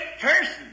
person